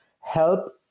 help